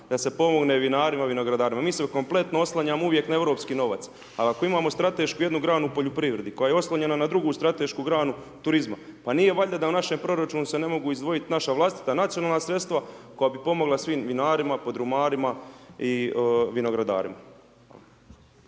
da se pomogne vinarima i vinogradarima. Mi se kompletno oslanjamo uvijek na europski novac. Ali ako imamo stratešku jednu granu u poljoprivredi koja je oslonjena na drugu stratešku granu turizma pa nije valjda u našem proračunu se ne mogu izdvojit naša vlastita nacionalna sredstva koja bi pomogla svim vinarima, podrumarima i vinogradarima.